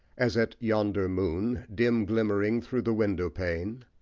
as at yonder moon, dim-glimmering through the window-pane,